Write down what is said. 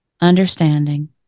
understanding